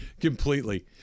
completely